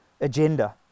agenda